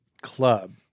club